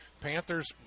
panthers